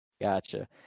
Gotcha